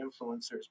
influencers